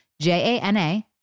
J-A-N-A